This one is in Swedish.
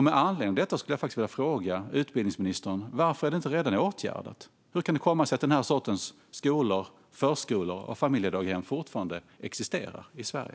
Med anledning av detta skulle jag vilja fråga utbildningsministern: Varför är detta inte redan åtgärdat? Hur kan det komma sig att denna sorts skolor, förskolor och familjedaghem fortfarande existerar i Sverige?